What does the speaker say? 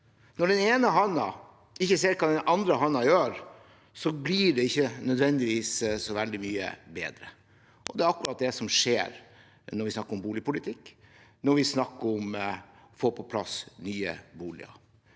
Når den ene hånden ikke ser hva den andre hånden gjør, blir det ikke nødvendigvis så veldig mye bedre. Det er akkurat det som skjer når vi snakker om boligpolitikk, når vi snakker om å få på plass nye boliger.